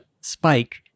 spike